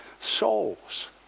souls